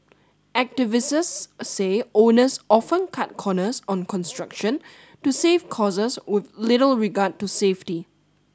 say owners often cut corners on construction to save costs with little regard to safety